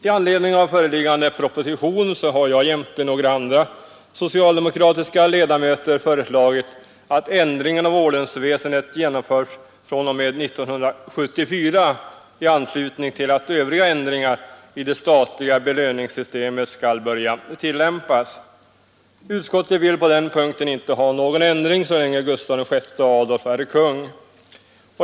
I anledning av föreliggande proposition har jag jämte några andra socialdemokratiska ledamöter föreslagit att ändringen av ordensväsendet genomförs fr.o.m. 1974 i anslutning till att övriga ändringar i det statliga belöningssystemet skall börja tillämpas. Utskottet vill på den punkten inte ha någon ändring så länge Gustaf VI Adolf är kung.